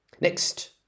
Next